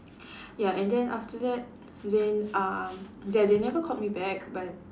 ya and then after that then uh ya they never called me back but